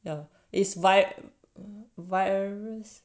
ya it's vibe virus